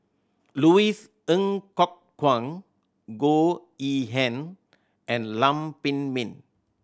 Louis Ng Kok Kwang Goh Yihan and Lam Pin Min